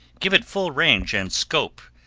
give it full range and scope,